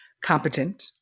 competent